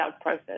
process